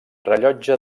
rellotge